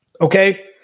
Okay